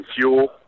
fuel